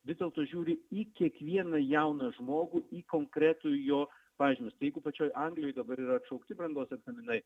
vis dėlto žiūri į kiekvieną jauną žmogų į konkretų jo pažymius tai jeigu pačioj anglijoj dabar yra atšaukti brandos egzaminai